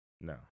No